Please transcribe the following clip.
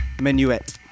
Menuet